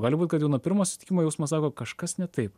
gali būti kad jau nuo pirmo susitikimo jausmas sako kažkas ne taip